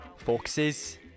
foxes